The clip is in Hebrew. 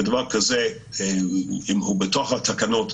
ודבר כזה אם הוא בתוך התקנות,